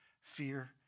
fear